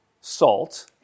salt